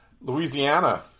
Louisiana